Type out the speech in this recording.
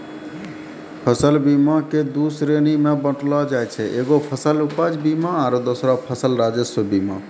फसल बीमा के दु श्रेणी मे बाँटलो जाय छै एगो फसल उपज बीमा आरु दोसरो फसल राजस्व बीमा